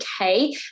okay